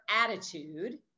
attitude